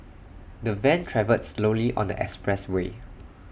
the van travelled slowly on the expressway